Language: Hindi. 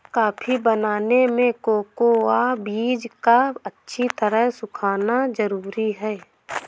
कॉफी बनाने में कोकोआ बीज का अच्छी तरह सुखना जरूरी है